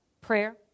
Prayer